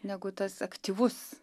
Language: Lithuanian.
negu tas aktyvus